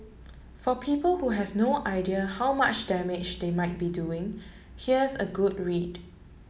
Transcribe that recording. for people who have no idea how much damage they might be doing here's a good read